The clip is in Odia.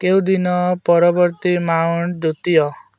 କେଉଁ ଦିନ ପରବର୍ତ୍ତୀ ମାଉଣ୍ଟ ଦ୍ୱିତୀୟ